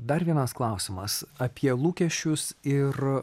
dar vienas klausimas apie lūkesčius ir